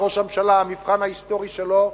לראש הממשלה: המבחן ההיסטורי שלו,